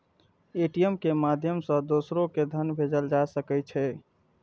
ATM के माध्यम सं दोसरो कें धन भेजल जा सकै छै